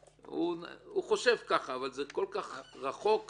הוא חושב ככה, אבל זה כל כך רחוק מהמציאות.